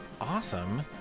Awesome